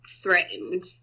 threatened